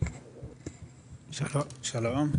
שלום,